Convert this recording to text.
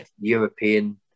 European